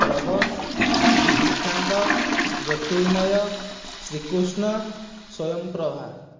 ପ୍ରବୋଧ ସିଦ୍ଧାନ୍ତ ଜ୍ୟୋତିର୍ମୟ ଶ୍ରୀକୃଷ୍ଣ ସ୍ଵୟଂପ୍ରଭା